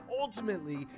ultimately